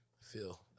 feel